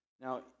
Now